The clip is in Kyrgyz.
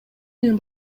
менен